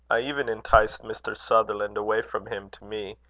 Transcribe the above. i even enticed mr. sutherland away from him to me,